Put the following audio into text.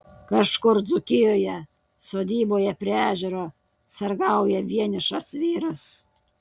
kažkur dzūkijoje sodyboje prie ežero sargauja vienišas vyras